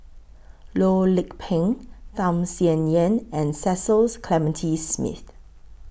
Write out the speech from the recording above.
Loh Lik Peng Tham Sien Yen and Cecil Clementi Smith